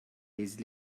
his